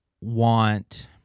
want